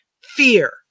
Fear